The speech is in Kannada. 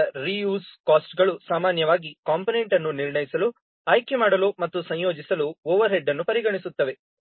ಆದ್ದರಿಂದ ರೀ ಯೂಸ್ ಕಾಸ್ಟ್ಗಳು ಸಾಮಾನ್ಯವಾಗಿ ಕಂಪೋನೆಂಟ್ ಅನ್ನು ನಿರ್ಣಯಿಸಲು ಆಯ್ಕೆ ಮಾಡಲು ಮತ್ತು ಸಂಯೋಜಿಸಲು ಓವರ್ಹೆಡ್ ಅನ್ನು ಪರಿಗಣಿಸುತ್ತವೆ